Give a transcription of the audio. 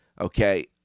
Okay